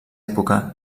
època